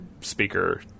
speaker